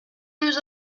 nous